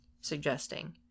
suggesting